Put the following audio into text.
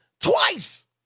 twice